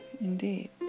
indeed